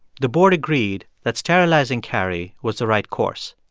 the board agreed that sterilizing carrie was the right course.